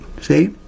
See